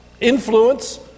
influence